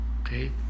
Okay